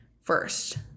first